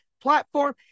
platform